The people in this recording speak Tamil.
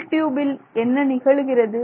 உள் டியூபில் என்ன நிகழுகிறது